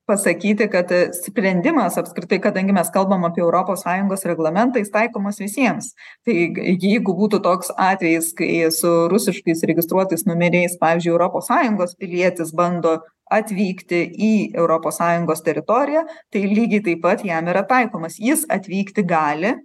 pasakyti kad sprendimas apskritai kadangi mes kalbam apie europos sąjungos reglamentą jis taikomas visiems taigi jeigu būtų toks atvejis kai su rusiškais registruotais numeriais pavyzdžiui europos sąjungos pilietis bando atvykti į europos sąjungos teritoriją tai lygiai taip pat jam yra taikomas jis atvykti gali